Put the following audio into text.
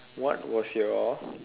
what was your